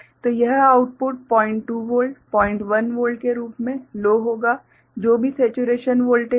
तो यह output 02 volt 01 volt के रूप में लो होगा जो भी सेचुरेशन वोल्टेज है